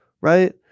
right